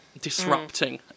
disrupting